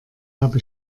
habe